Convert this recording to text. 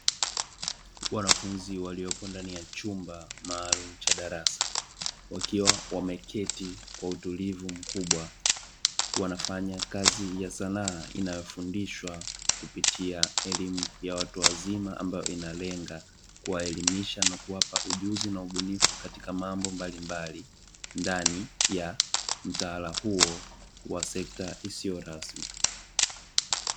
Wanafunzi waliopo ndani ya chumba maalumu cha darasa wakiwa wameketi kwa utulivu mkubwa, wanafanya kazi ya sanaa inayofundishwa kupitia elimu ya watu wazima ambayo inalenga kuwaelimisha na kuwapa ujuzi na ubunifu katika mambo mbalimbali ndani ya mtaala huo wa sekta isiyo rasmi.